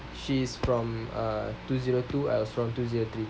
she's from err two zero two I'm also from two zero two